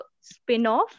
spin-off